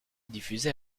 diffuser